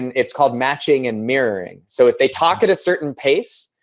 it's called matching and mirroring, so if they talk at a certain pace,